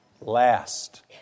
Last